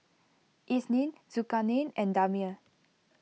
Isnin Zulkarnain and Damia